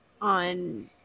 on